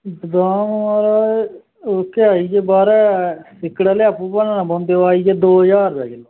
बदाम माराज एह्के आई गे बाह् रें सिक्कड़ै आह्ले आपूं भन्नना पौंदे ओह् आई गे दो ज्हार रपेआ किल्लो